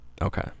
Okay